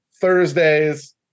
Thursdays